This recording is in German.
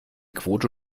quote